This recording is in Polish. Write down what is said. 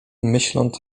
myśląc